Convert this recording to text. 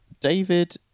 David